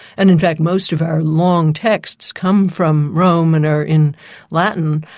and in fact most of our long texts come from rome and are in latin.